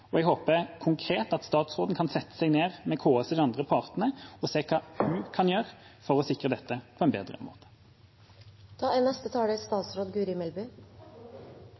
og jeg håper konkret at statsråden kan sette seg ned med KS og de andre partene og se hva hun kan gjøre for å sikre dette på en bedre